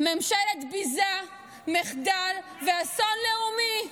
ממשלת ביזה, מחדל ואסון לאומי.